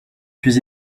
puis